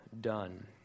done